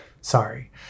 Sorry